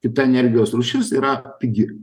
kita energijos rūšis yra pigi